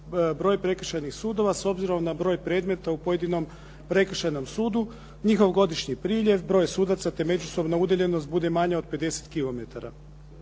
broj prekršajnih sudova s obzirom na broj predmeta u pojedinom prekršajnom sudu, njihov godišnji priljev, broj sudaca, te međusobna udaljenost bude manja od 50 km.